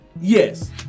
Yes